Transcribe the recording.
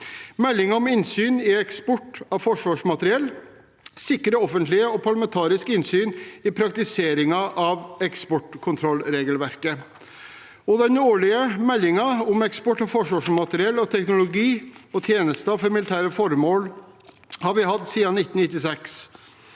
Melding om innsyn i eksport av forsvarsmateriell sikrer offentlig og parlamentarisk innsyn i praktiseringen av eksportkontrollregelverket, og den årlige meldingen om eksport av forsvarsmateriell og teknologi og tjenester for militære formål har vi hatt siden 1996.